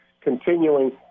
continuing